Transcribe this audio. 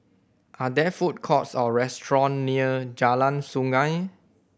are there food courts or restaurant near Jalan Sungei